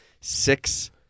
six